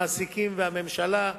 המעסיקים והממשלה,